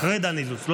אחרי דן אילוז.